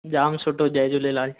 जाम सुठो जय झूलेलाल